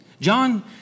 John